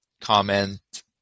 comment